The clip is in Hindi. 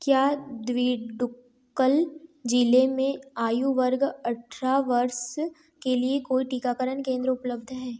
क्या द्विडुक्कल जिले में आयु वर्ग अठरह वर्ष के लिए कोई टीकाकरण केंद्र उपलब्ध है